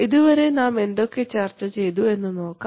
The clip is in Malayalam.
ഇതുവരെ നാം എന്തൊക്കെ ചർച്ച ചെയ്തു എന്ന് നോക്കാം